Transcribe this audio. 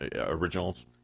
originals